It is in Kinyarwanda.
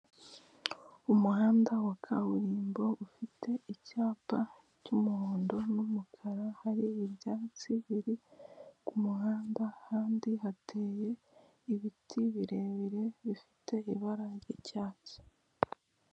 Umuhanda wa kaburimbo ufite icyapa cy'umuhondo n'umukara, hari ibyatsi biri ku muhanda, ahandi hateye ibiti birebire bifite ibara ry'icyatsi.